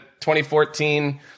2014